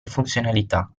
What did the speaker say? funzionalità